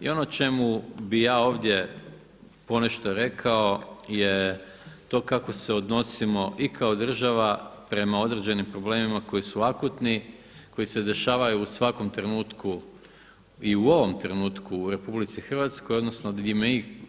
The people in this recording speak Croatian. I o čemu bih ja ovdje ponešto rekao je to kako se odnosimo i kao država prema određenim problemima koji su akutni, koji se dešavaju u svakom trenutku i u ovom trenutku u RH, odnosno gdje mi